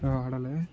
ఆడాలి